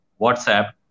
WhatsApp